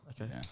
Okay